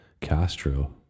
Castro